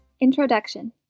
Introduction